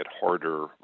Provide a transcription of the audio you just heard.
harder